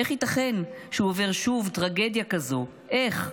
איך ייתכן שהוא עובר שוב טרגדיה כזו, איך?